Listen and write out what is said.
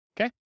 Okay